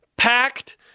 Packed